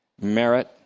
Merit